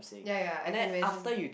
ya ya I can imagine